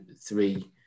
three